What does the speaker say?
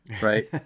right